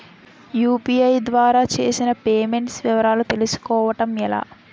UPI ద్వారా చేసిన payments వివరాలు తెలుసుకోవటం ఎలా?